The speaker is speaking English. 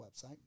website